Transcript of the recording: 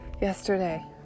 yesterday